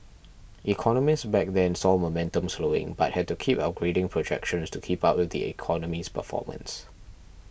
economists back then saw momentum slowing but had to keep upgrading projections to keep up with the economy's performance